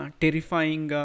terrifying